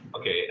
okay